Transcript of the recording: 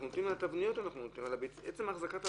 אנחנו קונסים אותו עכשיו על עצם החזקת הביצים.